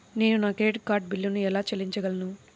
నేను నా credit card బిల్లును ఎలా చెల్లించగలను?